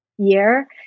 Year